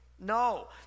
No